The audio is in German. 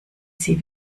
sie